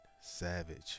savage